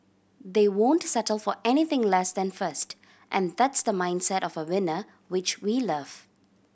they won't settle for anything less than first and that's the mindset of a winner which we love